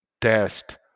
test